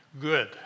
good